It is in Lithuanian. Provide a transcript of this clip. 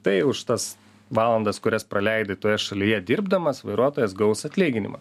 tai už tas valandas kurias praleidai toje šalyje dirbdamas vairuotojas gaus atlyginimą